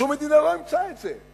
שום מדינה לא אימצה את זה.